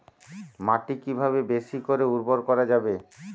মাটি কিভাবে বেশী করে উর্বর করা যাবে?